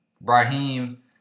Brahim